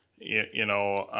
you know,